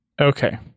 Okay